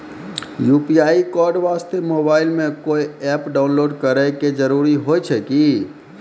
UPI code वास्ते mobile मे कोय एप्प डाउनलोड करे के जरूरी होय छै की?